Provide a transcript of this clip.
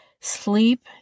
sleep